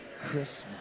Christmas